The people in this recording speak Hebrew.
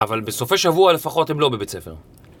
אבל בסופי שבוע לפחות הם לא בבית ספר